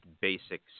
basic